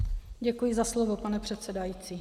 Děkuji za slovo, pane předsedající.